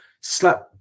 Slap